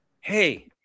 hey